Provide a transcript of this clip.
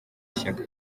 ishyaka